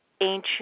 ancient